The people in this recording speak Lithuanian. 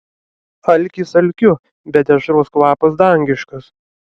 alkis alkiu bet dešros kvapas dangiškas